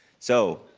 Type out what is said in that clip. so